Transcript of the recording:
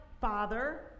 Father